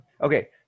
Okay